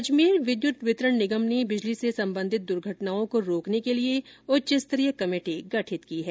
अजमेर विद्युत वितरण निगम ने बिजली से संबंधित दुर्घटनाओं को रोकने के लिए उच्च स्तरीय कमेटी गठित की है